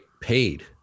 paid